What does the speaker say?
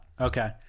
okay